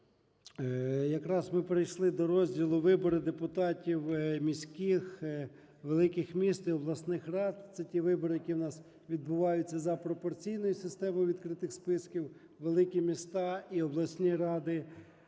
Якраз ми перейшли до розділу "Вибори депутатів міських (великих міст), обласних рад". Це ті вибори, які у нас відбуваються за пропорційною системою відкритих списків, великі міста і обласні ради.